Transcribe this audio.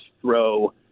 throw